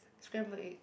scrambled egg